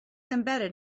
embedded